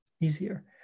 easier